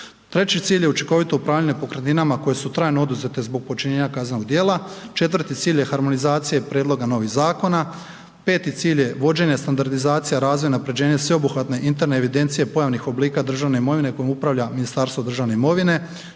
Treći cilj je učinkovito upravljanje pokretninama koje su trajno oduzete zbog počinjenja kaznenog djela, četvrti cilj je harmonizacija prijedloga novih zakona, peti cilj je vođenje, standardizacija, razvoj, unaprjeđenje sveobuhvatne interne evidencije pojavnih oblika državne imovine kojom upravlja Ministarstvo imovine,